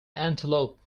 antelope